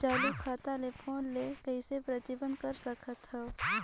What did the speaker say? चालू खाता ले फोन ले कइसे प्रतिबंधित कर सकथव?